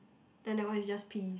then that one is just peas